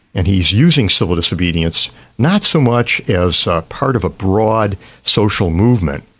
and he's using civil disobedience not so much as part of a broad social movement,